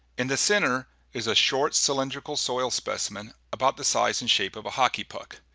in the center is a short cylindrical soil specimen about the size and shape of a hockey puck.